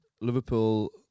Liverpool